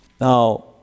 Now